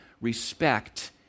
respect